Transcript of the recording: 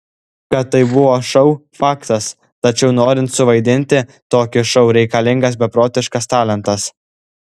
kad tai buvo šou faktas tačiau norint suvaidinti tokį šou reikalingas beprotiškas talentas